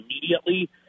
immediately